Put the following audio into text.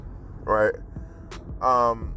right